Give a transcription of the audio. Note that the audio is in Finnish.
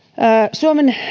suomen